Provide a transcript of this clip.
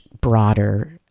broader